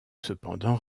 cependant